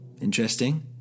interesting